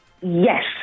Yes